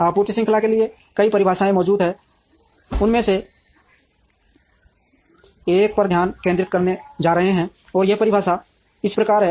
आपूर्ति श्रृंखला के लिए कई परिभाषाएं मौजूद हैं उनमें से एक पर हम ध्यान केंद्रित करने जा रहे हैं और यह परिभाषा इस प्रकार है